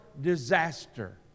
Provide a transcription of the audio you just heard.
disaster